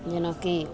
जेनाकि